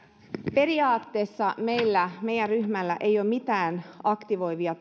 periaatteessa meidän ryhmällämme ei ole mitään aktivoivia